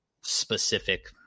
specific